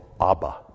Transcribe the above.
Abba